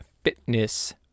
fitness